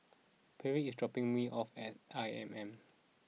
Pierre is dropping me off at I M M